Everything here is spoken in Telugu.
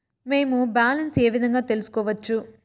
మేము బ్యాలెన్స్ ఏ విధంగా తెలుసుకోవచ్చు?